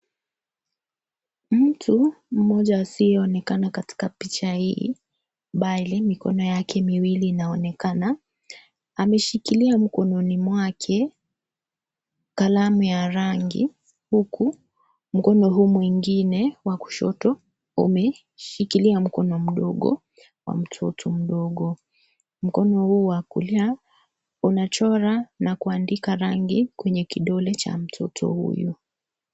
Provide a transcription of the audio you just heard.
Mtu mmoja asiyeonekana katika picha hii bali mikono yake miwili inaonekana; ameshikilia mkononi mwake kalamu ya rangi huku mkono huo mwingine wa kushoto umeshikilia mkono mdogo wa mtoto mdogo. Mkono huo wa kulia unachora na kuandika rangi kwenye kidole cha mtoto huyo.